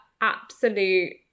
absolute